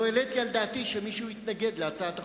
לא העליתי על דעתי שמישהו יתנגד להצעת החוק,